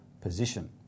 position